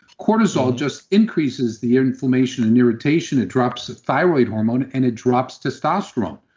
cortisol just increases the inflammation and irritation that drops the thyroid hormone and it drops testosterone.